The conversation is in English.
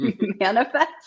manifest